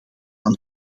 aan